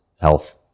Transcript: health